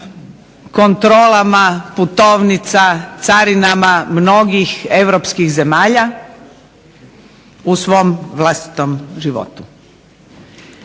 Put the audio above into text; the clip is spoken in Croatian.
kontrolama putovnica, carinama mnogih europskih zemalja u svom vlastitom životu.